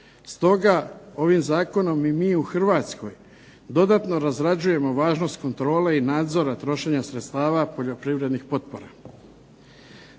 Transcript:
Stoga ovim zakonom i mi u Hrvatskoj dodatno razrađujemo važnost kontrole i nadzora trošenja sredstava poljoprivrednih potpora.